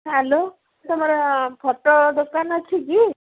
hello ତମର photo ଦୋକାନ ଅଛି କି